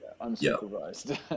Unsupervised